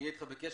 נהיה אתך בקשר.